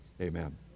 amen